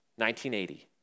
1980